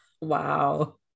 Wow